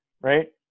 right